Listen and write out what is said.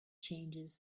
changes